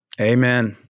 Amen